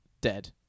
dead